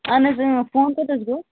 اَہَن حظ اۭن فون کوٚت حظ گوٚو